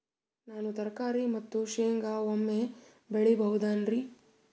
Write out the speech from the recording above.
ನಾನು ತರಕಾರಿ ಮತ್ತು ಶೇಂಗಾ ಒಮ್ಮೆ ಬೆಳಿ ಬಹುದೆನರಿ?